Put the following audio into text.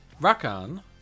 Rakan